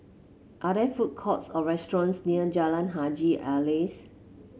are there food courts or restaurants near Jalan Haji Alias